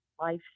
life